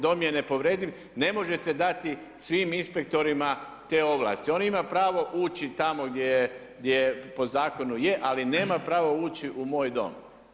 Dom je nepovrediv, ne možete dati svim inspektorima te ovlasti, on ima pravo ući tamo gdje po zakonu je, ali nema pravo ući u moj dom.